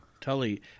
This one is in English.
Tully